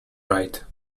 right